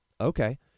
Okay